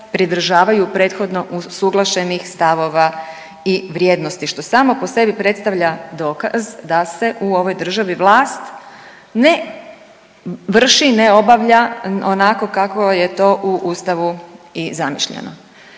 pridržavaju prethodno usuglašenih stavova i vrijednosti što samo po sebi predstavlja dokaz da se u ovoj državi vlast ne vrši i ne obavlja onako kako je to u ustavu i zamišljeno.